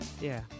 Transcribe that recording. yeah-